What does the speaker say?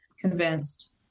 convinced